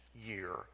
year